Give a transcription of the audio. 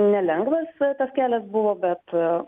nelengvas tas kelias buvo bet